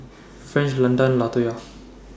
French Landan Latoya